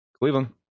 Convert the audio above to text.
Cleveland